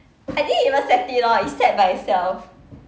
I didn't even set it lor it set by itself